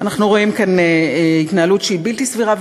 אנחנו רואים כאן התנהלות שהיא בלתי סבירה.